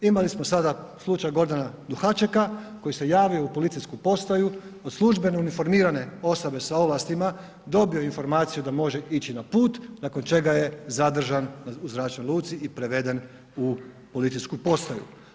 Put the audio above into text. Imali smo sada slučaj Gordana Duhačeka koji se javio u policijsku postaju, od služene uniformirane osobe sa ovlastima dobio informaciju da može ići na put nakon čega je zadržan u zračnoj luci i preveden u policijsku postaju.